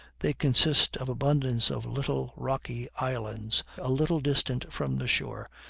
they consist of abundance of little rocky islands, a little distant from the shore,